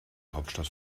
hauptstadt